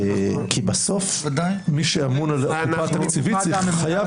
כי בסוף מי שאמון על הקופה התקציבית חייב